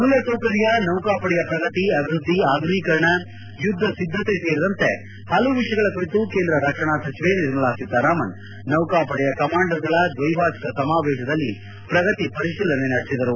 ಮೂಲಸೌಕರ್ಯ ನೌಕಾಪಡೆಯ ಪ್ರಗತಿ ಅಭಿವೃದ್ವಿ ಆಧುನೀಕರಣ ಯುದ್ದ ಸಿದ್ದತೆ ಸೇರಿದಂತೆ ಹಲವು ವಿಷಯಗಳ ಕುರಿತು ರಕ್ಷಣಾ ಸಚಿವೆ ನಿರ್ಮಲಾ ಸೀತಾರಾಮನ್ ನೌಕಾಪಡೆಯ ಕಮಾಂಡರ್ಗಳ ದ್ವೆವಾರ್ಷಿಕ ಸಮಾವೇಶದಲ್ಲಿ ಪ್ರಗತಿ ಪರಿಶೀಲನೆ ನಡೆಸಿದರು